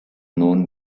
known